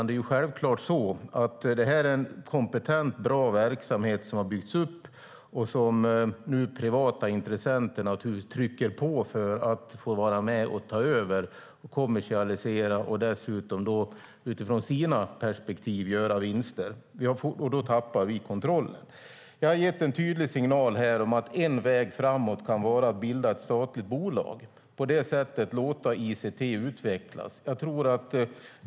Det är en kompetent och bra verksamhet som byggts upp, och nu trycker privata intressenter på för att få vara med och ta över, kommersialisera och dessutom, utifrån sina perspektiv, göra vinster. Jag har gett en tydlig signal om att en väg framåt kan vara att bilda ett statligt bolag och på det sättet låta ICT utvecklas.